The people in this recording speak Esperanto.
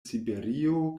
siberio